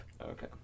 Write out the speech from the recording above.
Okay